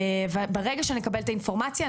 ברגע שנקבל את האינפורמציה,